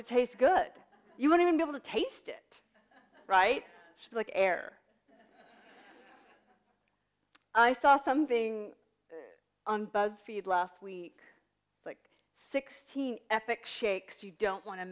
to taste good you want to be able to taste it right like air i saw something on buzz feed last week like sixteen ethnic shakes you don't wan